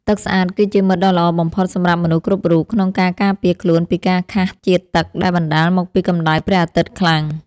ទឹកស្អាតគឺជាមិត្តដ៏ល្អបំផុតសម្រាប់មនុស្សគ្រប់រូបក្នុងការការពារខ្លួនពីការខះជាតិទឹកដែលបណ្ដាលមកពីកម្តៅព្រះអាទិត្យខ្លាំង។